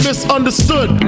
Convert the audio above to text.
Misunderstood